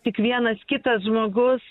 tik vienas kitas žmogus